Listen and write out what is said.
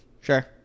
Sure